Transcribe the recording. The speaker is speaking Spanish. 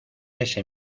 ese